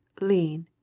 lean,